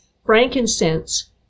Frankincense